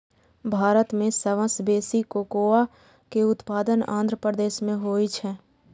भारत मे सबसं बेसी कोकोआ के उत्पादन आंध्र प्रदेश मे होइ छै